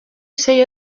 say